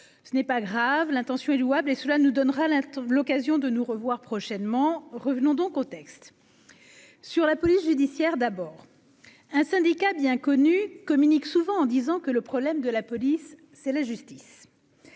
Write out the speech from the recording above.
ce n'est pas grave, l'intention est louable et cela nous donnera la l'occasion de nous revoir prochainement revenons donc au texte sur la police judiciaire d'abord un syndicat bien connu communiquent souvent en disant que le problème de la police, c'est la justice,